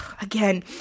again